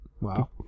wow